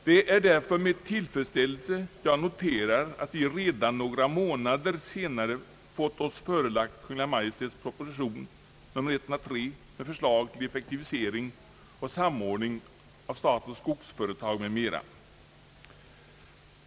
Det är därför med tillfredsställelse jag noterar att vi redan några månader senare har fått oss förelagd Kungl. Maj:ts proposition nr 103 med förslag till effektivisering och samordning av statens skogsföretag m.m.